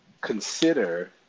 consider